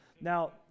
now